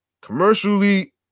commercially